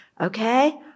Okay